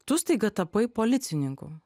tu staiga tapai policininku